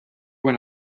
when